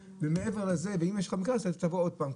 ומעבר לזה ואם יש לך צורך אז תבוא עוד פעם,